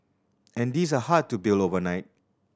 and these are hard to build overnight